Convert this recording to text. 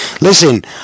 Listen